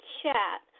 chat